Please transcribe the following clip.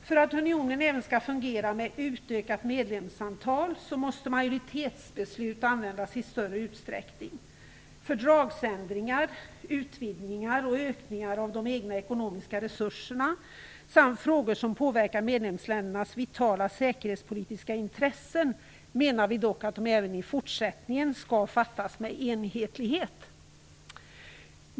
För att unionen skall fungera även med utökat medlemsantal måste majoritetsbeslut användas i större utsträckning. Vi menar att fördragsändringar, utvidgningar och ökningar av de egna ekonomiska resurserna samt frågor som påverkar medlemsländernas vitala säkerhetspolitiska intressen även i fortsättningen skall fattas med enhetlighet.